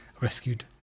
rescued